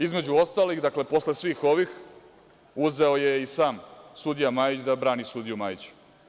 Između ostalih, posle svih ovih uzeo je i sam sudija Majić da brani sudiju Majić.